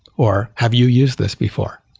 or have you use this before?